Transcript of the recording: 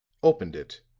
opened it